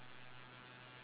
so how about the scoreboard